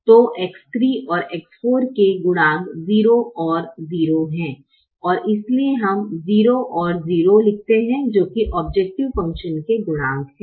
तो X3 और X4 के गुणांक 0 और 0 हैं और इसलिए हम 0 और 0 लिखते हैं जो कि औब्जैकटिव फंकशन के गुणांक हैं